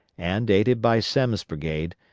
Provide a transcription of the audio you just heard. and aided by semmes' brigade,